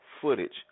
footage